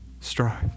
strive